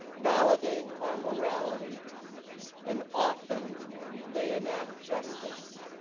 validate our morality and often they enact justice.